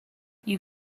you